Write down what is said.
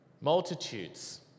Multitudes